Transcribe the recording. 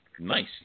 Nice